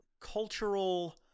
cultural